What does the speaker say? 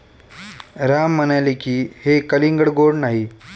राम म्हणाले की, हे कलिंगड गोड नाही